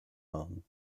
home